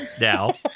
now